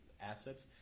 assets